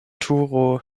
turo